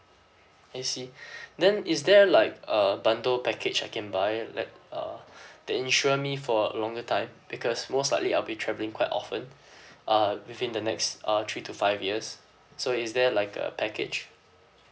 I see then is there like a bundle package I can buy ah like uh they insure me for a longer time because most likely I'll be travelling quite often uh within the next uh three to five years so is there like a package